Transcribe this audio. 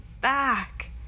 back